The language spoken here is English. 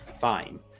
fine